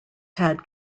had